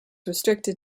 restricted